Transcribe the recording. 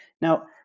Now